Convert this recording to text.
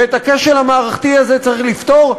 ואת הכשל המערכתי הזה צריך לפתור,